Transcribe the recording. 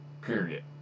Period